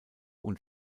und